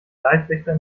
leibwächter